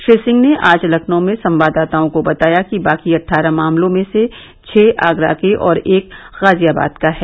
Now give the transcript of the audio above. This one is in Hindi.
श्री सिंह ने आज लखनऊ में संवाददाताओं को बताया कि बाकी अट्ठारह मामलों में से छह आगरा के और एक गाजियाबाद का है